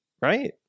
right